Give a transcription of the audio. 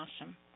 awesome